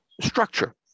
structure